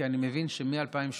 כי אני מבין שמ-2018,